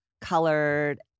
colored